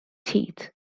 teeth